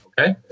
okay